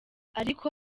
ariko